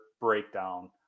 breakdown